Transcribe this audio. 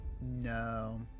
No